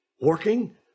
working